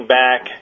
back